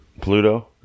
Pluto